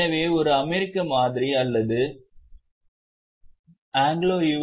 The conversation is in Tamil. எனவே ஒரு அமெரிக்க மாதிரி அல்லது ஆங்கிலோ யு